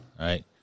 right